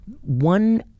one